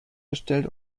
gestellt